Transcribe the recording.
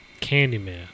Candyman